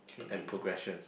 and progression